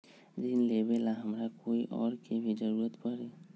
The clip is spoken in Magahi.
ऋन लेबेला हमरा कोई और के भी जरूरत परी?